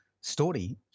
story